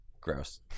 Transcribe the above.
gross